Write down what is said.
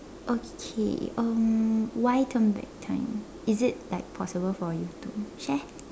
okay um why turn back time is it like possible for you to share